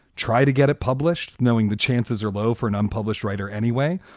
try to get it published. knowing the chances are low for an unpublished writer anyway,